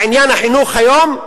בעניין החינוך היום,